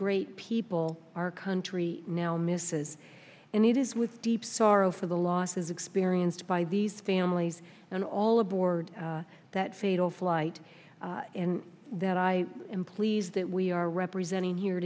great people our country now misses and it is with deep sorrow for the losses experienced by these families and all aboard that fatal flight and that i am pleased that we are represented here